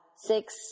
six